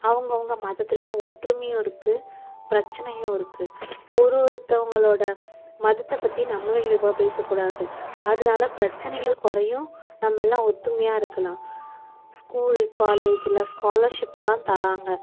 அவங்க அவங்க மதத்துலேயும் ஒற்றுமையும் இருக்குது பிரச்சினையும் இருக்குது ஒரு ஒருத்தவங்களோட மதத்தை பற்றி நம்மளும் இழிவாக பேசக்கூடாது அதனால பிரச்சினையும் குறையும் நம்ம எல்லாம் ஒற்றுமையா இருக்கலாம் ஸ்கூல் காலேஜ்லெலாம் ஸ்காலஷிப்யெலாம் தராங்க